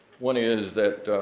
one is that